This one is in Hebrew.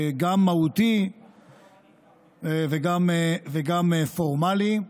גם מהותי וגם פורמלי.